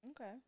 Okay